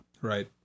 Right